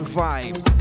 vibes